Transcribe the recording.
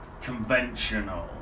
conventional